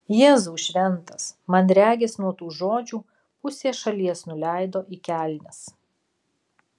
jėzau šventas man regis nuo tų žodžių pusė šalies nuleido į kelnes